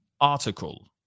article